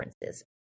differences